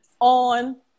on